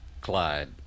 Clyde